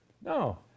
No